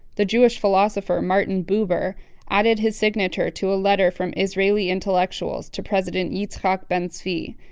the jewish philosopher martin buber added his signature to a letter from israeli intellectuals to president yitzhak ben-zvi,